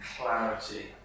clarity